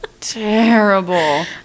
terrible